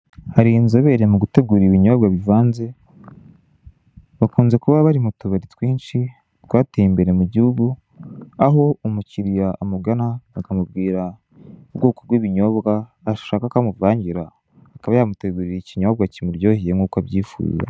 Hari inzobere mu gutegura ibinyobwa bivanze, bakunze kuba bari mu tubari twinshi twateye imbere mu gihugu, aho umukiriya amugana akamubwira ubwoko bw'ibinyobwa ashaka ko amuvangira, akaba yamutegurira ikinyobwa kimuryoheye nk'uko abyifuza.